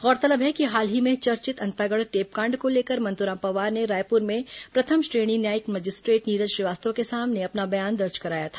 गौरतलब है कि हाल ही में चर्चित अंतागढ टेपकांड को लेकर मंत्राम पवार ने रायपुर में प्रथम श्रेणी न्यायिक मजिस्ट्रेट नीरज श्रीवास्तव के सामने अपना बयान दर्ज कराया था